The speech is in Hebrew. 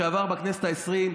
שעבר בכנסת העשרים,